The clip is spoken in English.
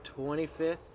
25th